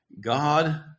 God